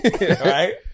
right